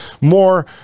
more